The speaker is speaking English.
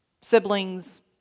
siblings